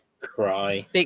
cry